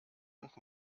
und